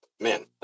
Man